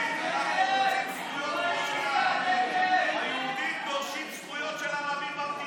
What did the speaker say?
ההסתייגות (9) לחלופין (ח)